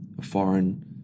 foreign